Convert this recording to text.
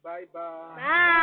Bye-bye